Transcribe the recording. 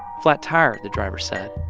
flat tire, the driver said.